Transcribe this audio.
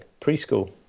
preschool